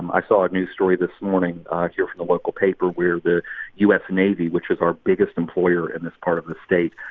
um i saw a news story this morning here from the local paper where the u s. navy, which is our biggest employer in this part of the state,